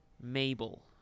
Mabel